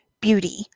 beauty